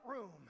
room